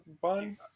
bun